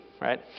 right